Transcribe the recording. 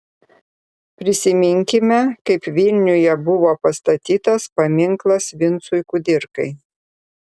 prisiminkime kaip vilniuje buvo pastatytas paminklas vincui kudirkai